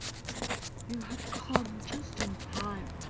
you have come just in time,